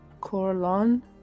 Coralon